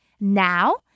Now